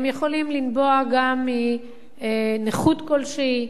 הם יכולים לנבוע גם מנכות כלשהי,